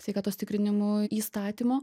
sveikatos tikrinimo įstatymo